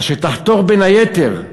אשר תחתור, בין היתר,